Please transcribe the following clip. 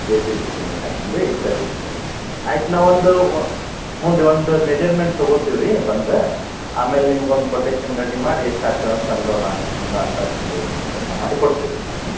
A C C cement ಹಾಕೂನ್ ರೀ ಸರಿ ರೀ ಸರಿ ಆಯ್ತು ನಾವು ಒಂದು ಹ್ಞೂ ರೀ ಒಂದು ಮೆಜರ್ಮೆಂಟ್ ತಗೋತೀವಿ ರೀ ಬಂದು ಆಮೇಲೆ ನಿಮ್ಗೊಂದು ಕೊಟೇಶನ್ ರೆಡಿ ಮಾಡಿ ಎಷ್ಟಾಗ್ತದೆ ಅಂತ ಒಂದು ಅಂದಾಜಿನಂದು ಲೆಕ್ಕ ಮಾಡಿ ಕೊಡ್ತಿವಿ ರೀ ಹ್ಞೂ